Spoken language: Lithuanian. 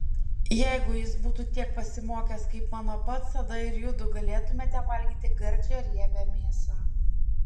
jeigu jis būtų tiek pasimokęs kaip mano pats tada ir judu galėtumėte valgyti gardžią riebią mėsą